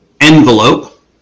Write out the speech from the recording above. envelope